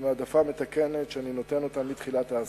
עם העדפה מתקנת, שאני נותן אותה מתחילת העשור.